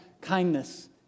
kindness